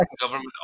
government